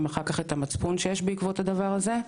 אחר כך את המצפון שיש בעקבות הדבר הזה.